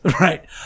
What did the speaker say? Right